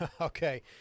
okay